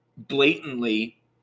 Blatantly